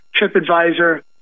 TripAdvisor